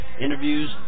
interviews